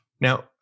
Now